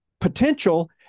potential